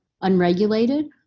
unregulated